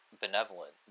benevolent